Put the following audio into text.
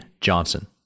Johnson